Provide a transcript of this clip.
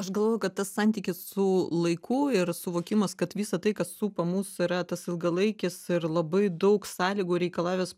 aš galvoju kad tas santykis su laiku ir suvokimas kad visa tai kas supa mus yra tas ilgalaikis ir labai daug sąlygų reikalavęs